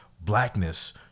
blackness